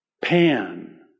Pan